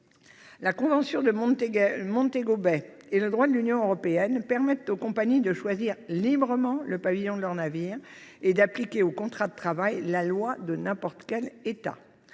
La convention de Montego Bay et le droit de l'Union européenne permettent aux compagnies de choisir librement le pavillon de leurs navires et d'appliquer aux contrats de travail la loi de n'importe quel État.